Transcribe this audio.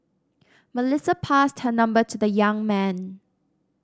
Melissa passed her number to the young man